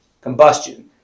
Combustion